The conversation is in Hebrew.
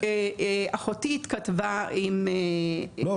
אחותי התכתבה עם --- לא.